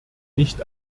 nicht